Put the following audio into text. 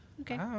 Okay